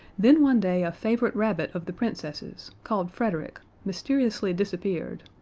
then one day a favorite rabbit of the princess's, called frederick, mysteriously disappeared,